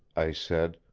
i said,